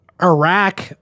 Iraq